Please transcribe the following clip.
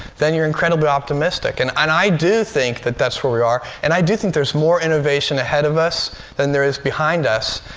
then you're incredibly optimistic. and and i do think that that's where we are. and i do think there's more innovation ahead of us than there is behind us.